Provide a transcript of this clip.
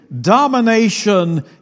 domination